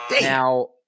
Now